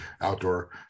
outdoor